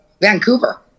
Vancouver